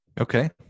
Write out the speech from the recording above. Okay